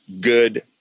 good